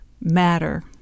matter